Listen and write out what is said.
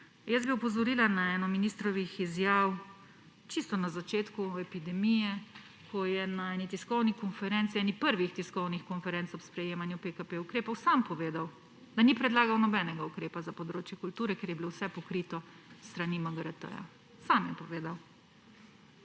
Jaz bi opozorila na eno od ministrovih izjav čisto na začetku epidemije, ko je na eni prvih tiskovnih konferenc ob sprejemanju PKP-ukrepov sam povedal, da ni predlagal nobenega ukrepa za področje kulture, ker je bilo vse pokrito s strani MGRT. Sam je povedal.